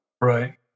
Right